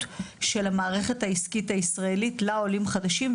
של המערכת העסקית הישראלית לעולים החדשים,